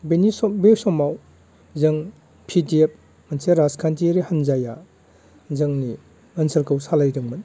बिनि बे समाव जों पि डि एप मोनसे राजखान्थि हान्जाया जोंनि ओनसोलखौ सालायदोंमोन